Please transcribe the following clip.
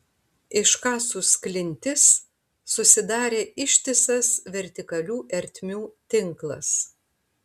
iškasus klintis susidarė ištisas vertikalių ertmių tinklas